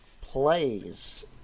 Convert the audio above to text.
plays